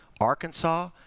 Arkansas